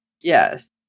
Yes